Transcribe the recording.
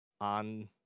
on